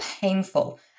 painful